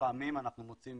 לפעמים אנחנו מוצאים